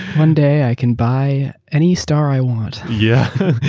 one day, i can buy any star i want. yeah,